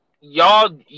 y'all